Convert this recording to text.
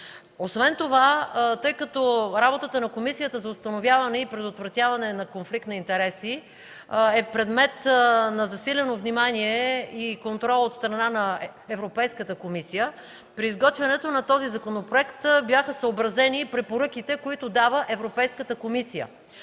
Освен това, тъй като работата на Комисията по предотвратяване и установяване на конфликт на интереси е предмет на засилено внимание и контрол от страна на Европейската комисия, при изготвянето на този законопроект бяха съобразени и препоръките, които дава Европейската комисия.